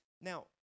Now